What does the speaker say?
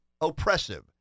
oppressive